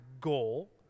goal